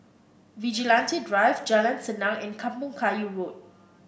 Vigilante Drive Jalan Senang and Kampong Kayu Road